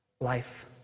Life